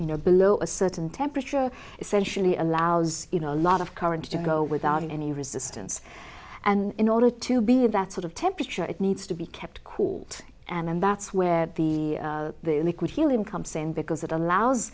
you know below a certain temperature essentially allows you know a lot of courage to go without any resistance and in order to be that sort of temperature it needs to be kept cool and that's where the liquid helium comes in because it allows